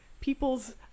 people's